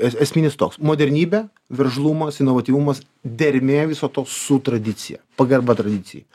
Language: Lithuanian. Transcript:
es esminis toks modernybė veržlumas inovatyvumas dermė viso to su tradicija pagarba tradicijai